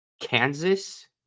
Kansas